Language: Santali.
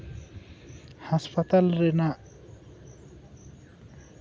ᱦᱟᱥᱯᱟᱛᱟᱞ ᱨᱮᱭᱟᱜ